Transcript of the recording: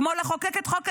כמו לחוקק את חוק ההשתמטות,